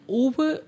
over